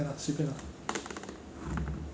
!wah! 我 oh 我吃 chicken rice rojak